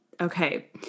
Okay